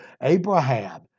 Abraham